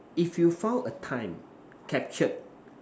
if you found a time captured